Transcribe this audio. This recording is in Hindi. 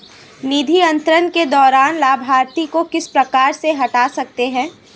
निधि अंतरण के दौरान लाभार्थी को किस प्रकार से हटा सकते हैं?